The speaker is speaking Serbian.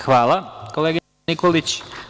Hvala, koleginice Nikolić.